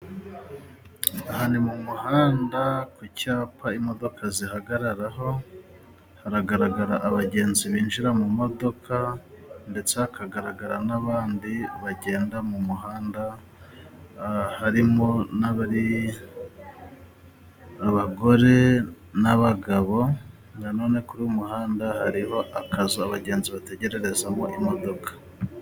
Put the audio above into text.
Aha ni mu muhanda ku cyapa imodoka zihagararaho haragaragara abagenzi binjira mu modoka ndetse hakagaragara n'abandi bagenda mu muhanda harimo n'abari abagore n'abagabo na none kuri uyu muhanda hariho akazu abagenzi bategererezamo imodoka.